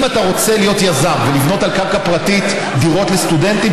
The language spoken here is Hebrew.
אם אתה רוצה להיות יזם ולבנות על קרקע פרטית דירות לסטודנטים,